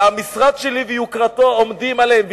שהמשרד שלי ויוקרתו עומדים עליהם,